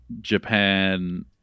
Japan